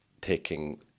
taking